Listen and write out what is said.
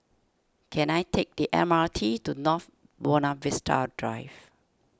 can I take the M R T to North Buona Vista Drive